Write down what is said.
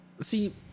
See